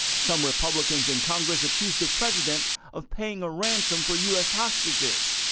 some republicans in congress accused the president of paying a ransom for u s. hostages.